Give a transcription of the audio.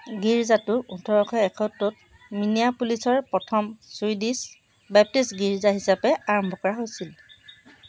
গীৰ্জাটো ওঠৰশ এসত্তৰত মিনিয়াপোলিছৰ প্ৰথম ছুইডিছ বেপ্টিষ্ট গীৰ্জা হিচাপে আৰম্ভ কৰা হৈছিল